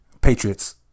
Patriots